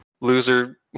Loser